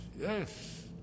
yes